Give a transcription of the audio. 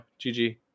GG